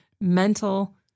mental